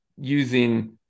using